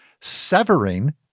Severing